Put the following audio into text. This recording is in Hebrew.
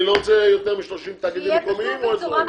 אני לא רוצה יותר מ-30 תאגידים מקומיים או אזוריים.